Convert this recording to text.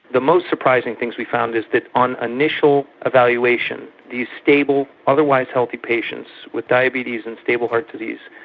the most surprising things we found is that on initial evaluation these stable, otherwise healthy patients with diabetes and stable heart disease,